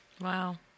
Wow